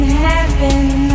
heaven